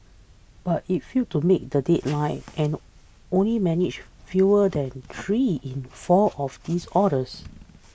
but it failed to meet the deadline and only managed fewer than three in four of these orders